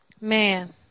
Man